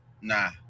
Nah